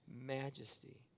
majesty